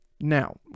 Now